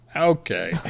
Okay